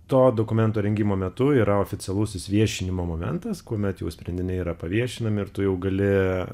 to dokumento rengimo metu yra oficialusis viešinimo momentas kuomet jau sprendiniai yra paviešinami ir tu jau gali